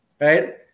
right